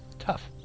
tough.